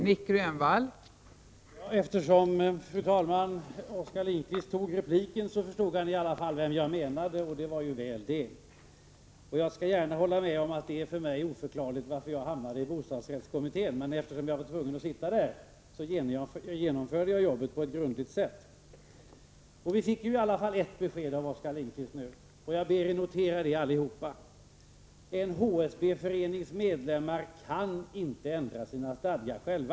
Fru talman! Eftersom Oskar Lindkvist begärde replik förstod han vem jag menade. Jag skall gärna hålla med om att det även för mig är oförklarligt varför jag hamnade i bostadsrättskommittén. Men eftersom jag var tvungen att sitta där genomförde jag arbetet på ett grundligt sätt. Vi fick i alla fall ett besked av Oskar Lindkvist nu. Jag ber er allihop att notera det. En HSB-förenings medlemmar kan inte ändra sina stadgar själva.